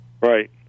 Right